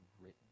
written